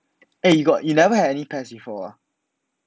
eh you got you never have any pet before ah